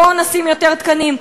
בואו נקבע יותר תקנים.